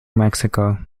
mexico